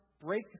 break